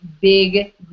big